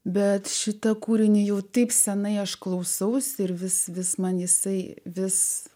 bet šitą kūrinį jau taip seniai aš klausausi ir vis vis man jisai vis